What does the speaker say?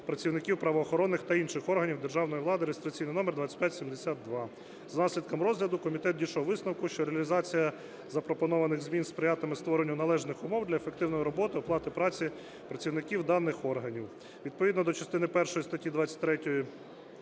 працівників правоохоронних та інших органів державної влади) (реєстраційний номер 2572). За наслідками розгляду комітет дійшов висновку, що реалізація запропонованих змін сприятиме створенню належних умов для ефективної роботи, оплати праці працівників даних органів. Відповідно до частини першої статті 23